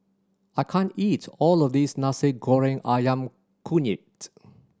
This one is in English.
I can't eat all of this Nasi Goreng Ayam Kunyit